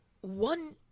one –